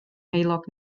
heulog